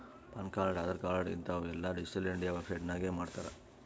PAN card, Aadhaar card ಹಿಂತಾವ್ ಎಲ್ಲಾ digital India website ನಾಗೆ ಮಾಡ್ತಾರ್